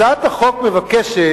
הצעת החוק מבקשת